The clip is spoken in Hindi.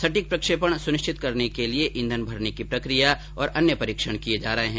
सटिक प्रक्षेपण सुनिश्चित करने के लिए ईंधन भरने की प्रक्रिया और अन्य परीक्षण किए जा रहे हैं